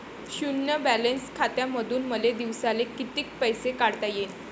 शुन्य बॅलन्स खात्यामंधून मले दिवसाले कितीक पैसे काढता येईन?